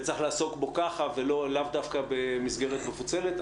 וצריך לעסוק בו ככה, ולאו דווקא במסגרת מפוצלת.